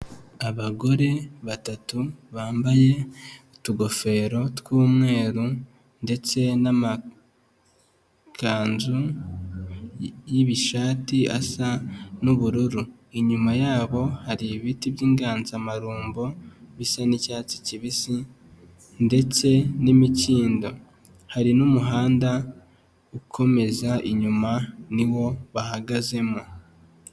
Abagore batatu bambaye utugofero tw'umweru ndetse n'amakanzu y'ibishati asa n'ubururu, inyuma yabo hari ibiti by'inganzamarumbo bisa n'icyatsi kibisi ndetse n'imikindo, hari n'umuhanda ukomeza inyuma, ni wo bahagazemo.